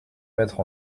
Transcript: mettre